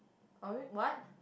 orange what